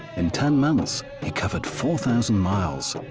in ten months he covered four thousand miles.